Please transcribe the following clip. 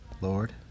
Lord